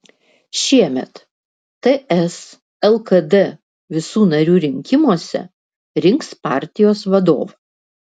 šiemet ts lkd visų narių rinkimuose rinks partijos vadovą